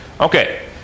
Okay